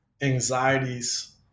anxieties